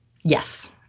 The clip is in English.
Yes